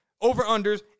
over-unders